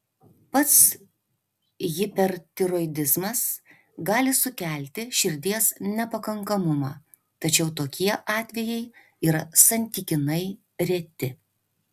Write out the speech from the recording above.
pats hipertiroidizmas gali sukelti širdies nepakankamumą tačiau tokie atvejai yra santykinai reti